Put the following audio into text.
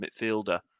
midfielder